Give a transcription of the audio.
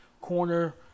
corner